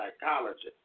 psychologist